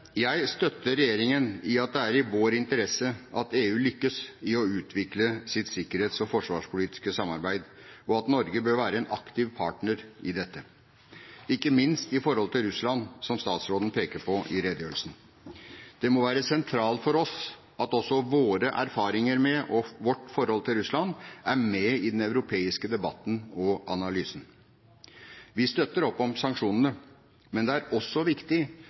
Jeg støtter regjeringen i at det er i vår interesse at EU lykkes i å utvikle sitt sikkerhets- og forsvarspolitiske samarbeid, og at Norge bør være en aktiv partner i dette, ikke minst i forhold til Russland, som statsråden peker på i redegjørelsen. Det må være sentralt for oss at også våre erfaringer med og vårt forhold til Russland er med i den europeiske debatten og analysen. Vi støtter opp om sanksjonene. Men det er også viktig